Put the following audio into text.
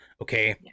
Okay